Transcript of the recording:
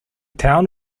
town